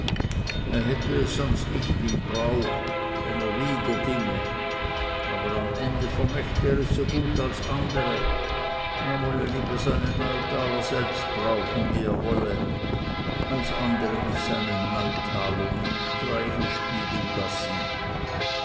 er hätte es sonst nicht im brauch wenn er wieder dinge aber am ende vermochte er es so gut als andere er wolle lieber seine neutaler selbst brauchen wie er wolle als andere mit seinen neutalern ihm streiche spielen lassen